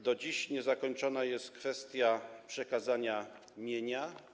Do dziś niezakończona jest kwestia przekazania mienia.